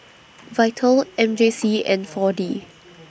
Vital M J C and four D